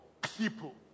people